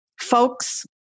folks